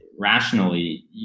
rationally